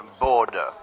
border